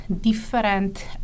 different